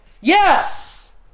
Yes